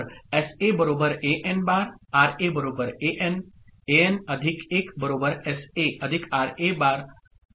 SA An' RA An An1 SA RA'